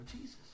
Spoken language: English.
Jesus